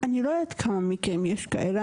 אני לא יודעת כמה מקרים יש כאלה.